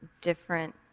different